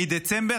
מדצמבר,